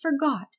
forgot